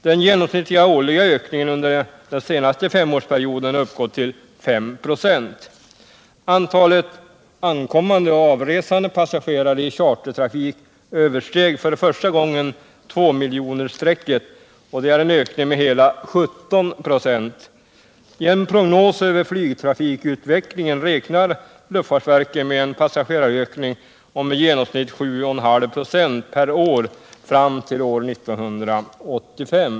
Den genomsnittliga årliga ökningen under den senaste femårsperioden har uppgått till 5 26. Antalet ankommande och avresande passagerare i chartertrafik översteg för första gången 2 miljonersstrecket, och det är en ökning med hela 17 96. I en prognos över flygtrafikutvecklingen räknar luftfartsverket med en passagerarökning om i genomsnitt 7,5 96 per år fram till år 1985.